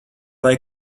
vai